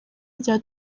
rya